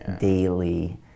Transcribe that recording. daily